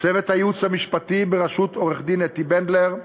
צוות הייעוץ המשפטי בראשות עורכת-הדין אתי בנדלר,